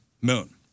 Moon